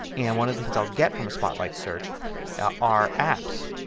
and one of the things i'll get from a spotlight search are apps.